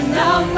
now